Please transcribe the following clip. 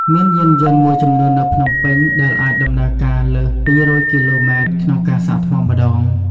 មានយានយន្តមួយចំនួននៅភ្នំពេញ ដែលអាចដំណើរការលើស ២០០ គីឡូម៉ែត្រក្នុងការសាកថ្មម្ដង។